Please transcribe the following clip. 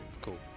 Cool